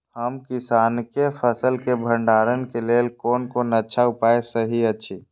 हम किसानके फसल के भंडारण के लेल कोन कोन अच्छा उपाय सहि अछि?